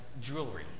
jewelry